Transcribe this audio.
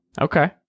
Okay